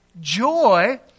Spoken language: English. joy